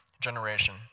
generation